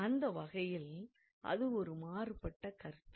அந்த வகையில் அது ஒரு மாறுபட்ட கருத்து